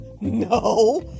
No